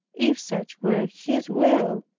if such were his will,